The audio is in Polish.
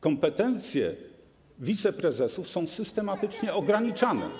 Kompetencje wiceprezesów są systematycznie ograniczane.